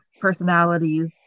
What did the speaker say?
personalities